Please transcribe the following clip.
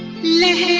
live